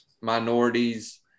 minorities